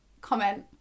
comment